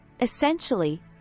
Essentially